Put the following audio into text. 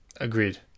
Agreed